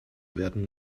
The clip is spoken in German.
werden